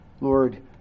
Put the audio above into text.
Lord